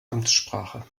amtssprache